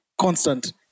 Constant